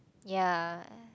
ya